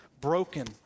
broken